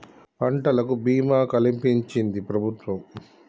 పంటలకు భీమా కలిపించించి ప్రభుత్వం